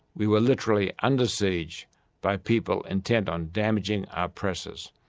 we were literally under siege by people intent on damaging our presses,